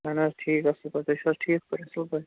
اَہَن حظ ٹھیٖک اَصٕل پٲٹھۍ تُہۍ چھُو حظ ٹھیٖک پٲٹھۍ اَصٕل پٲٹھۍ